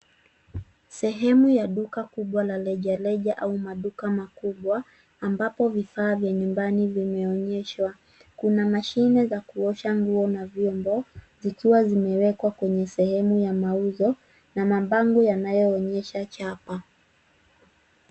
Sehemu ya duka kubwa la rejareja au maduka makubwa ambapo vifaa vya nyumbani vime onyeshwa. Kuna mashine za kuosha nguo na vyombo zikiwa zimewekwa kwenye sehemu ya mauzo na mabango yanayoonyesha chapa.